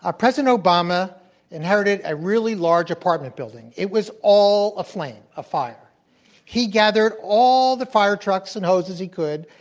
ah president obama inherited a really large apartment building, it was all aflame, afire. he gathered all the fire trucks and hoses he could,